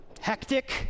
hectic